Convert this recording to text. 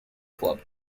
club